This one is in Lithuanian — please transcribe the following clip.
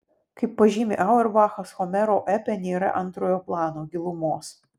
kaip pažymi auerbachas homero epe nėra antrojo plano gilumos